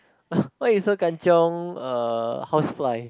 why you so Kan-Chiong uh house fly